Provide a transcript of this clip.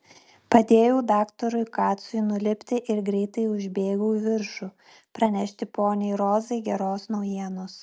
padėjau daktarui kacui nulipti ir greitai užbėgau į viršų pranešti poniai rozai geros naujienos